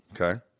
Okay